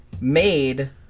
made